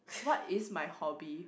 what is my hobby